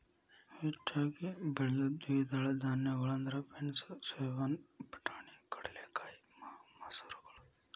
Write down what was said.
ಹೆಚ್ಚಾಗಿ ಬೆಳಿಯೋ ದ್ವಿದಳ ಧಾನ್ಯಗಳಂದ್ರ ಬೇನ್ಸ್, ಸೋಯಾಬೇನ್, ಬಟಾಣಿ, ಕಡಲೆಕಾಯಿ, ಮಸೂರಗಳು